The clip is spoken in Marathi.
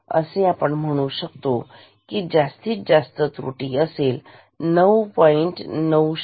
तर आपण म्हणू शकतो की जास्तीत जास्त त्रुटी असेल 9